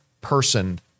person